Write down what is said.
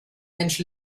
mensch